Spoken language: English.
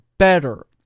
better